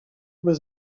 was